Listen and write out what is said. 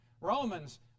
Romans